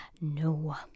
no